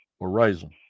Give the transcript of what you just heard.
Horizon